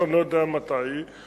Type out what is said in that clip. שאני לא יודע מתי היא.